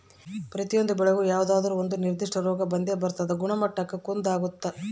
ಪ್ರತಿಯೊಂದು ಬೆಳೆಗೂ ಯಾವುದಾದ್ರೂ ಒಂದು ನಿರ್ಧಿಷ್ಟ ರೋಗ ಬಂದೇ ಬರ್ತದ ಗುಣಮಟ್ಟಕ್ಕ ಕುಂದಾಗುತ್ತ